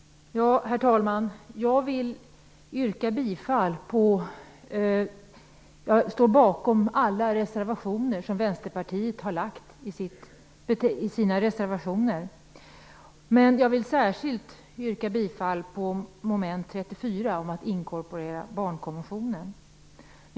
Herr talman! Jag står bakom alla reservationer som Vänsterpartiet har fogat till betänkandet. Men jag vill särskilt yrka bifall till reservationen under mom. Herr talman!